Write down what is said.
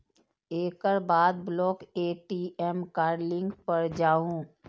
एकर बाद block ATM card link पर जाउ